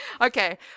Okay